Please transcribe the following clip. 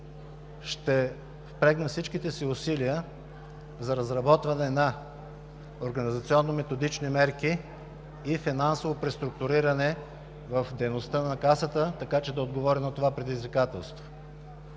ще впрегна всичките си усилия за разработване на организационно-методични мерки и финансово преструктуриране в дейността на Касата, така че да отговоря на това предизвикателство.